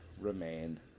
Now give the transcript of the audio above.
remain